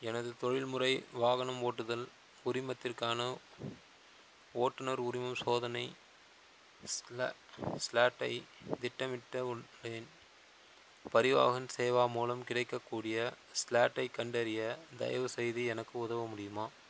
எனது தொழில்முறை வாகனம் ஓட்டுதல் உரிமத்திற்கான ஓட்டுநர் உரிமம் சோதனை ஸ்ல ஸ்லாட்டை திட்டமிட்ட உள்ளேன் பரிவாஹன் சேவா மூலம் கிடைக்கக்கூடிய ஸ்லாட்டை கண்டறிய தயவுசெய்து எனக்கு உதவ முடியுமா